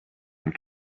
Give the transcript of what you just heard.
and